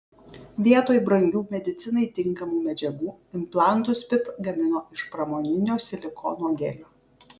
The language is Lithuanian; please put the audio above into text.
vietoj brangių medicinai tinkamų medžiagų implantus pip gamino iš pramoninio silikono gelio